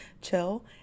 chill